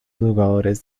jugadores